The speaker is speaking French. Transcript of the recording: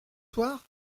soir